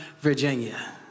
virginia